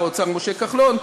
שר האוצר משה כחלון,